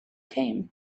came